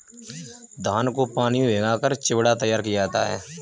धान को पानी में भिगाकर चिवड़ा तैयार किया जाता है